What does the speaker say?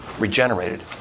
regenerated